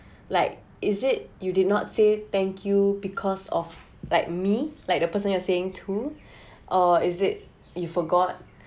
like is it you did not say thank you because of like me like the person you are saying to or is it you forgot